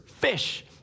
fish